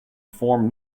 form